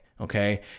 okay